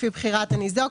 לפי בחירת הניזוק,